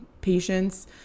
patients